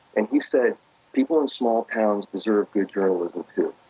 and he said, people in small towns deserve good journalism too.